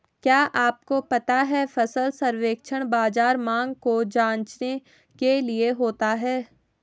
क्या आपको पता है फसल सर्वेक्षण बाज़ार मांग को जांचने के लिए होता है?